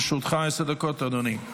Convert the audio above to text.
לרשותך עשר דקות, אדוני.